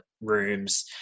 rooms